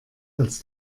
als